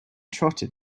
trotted